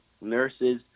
nurses